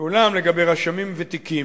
אולם לגבי רשמים ותיקים,